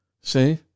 See